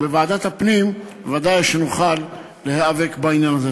ובוועדת הפנים בוודאי נוכל להיאבק בעניין הזה.